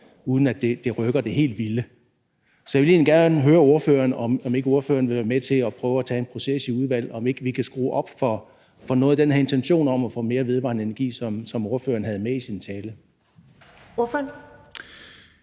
uden at det rykker det helt vilde. Så jeg vil høre ordføreren, om ordføreren ikke vil være med til en proces i udvalget for at se, om vi kan skrue op for den ambition om at få mere vedvarende energi, som ordføreren havde med i sin tale. Kl.